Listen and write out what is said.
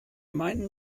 meinen